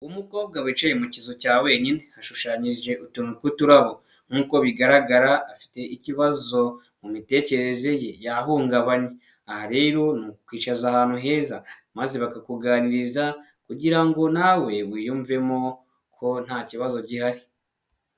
Umukobwa wicaye mukizu cya wenyine hashushanyije utuntu tw'uturabo nk'uko bigaragara afite ikibazo mu mitekerereze ye yahungabanye, aha rero ni ukukwicaza ahantu heza maze bakakuganiriza kugira ngo nawe wiyumvemo ko nta kibazo gihari.